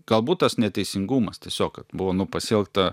galbūt tas neteisingumas tiesiog buvo nu pasielgta